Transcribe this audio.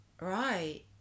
Right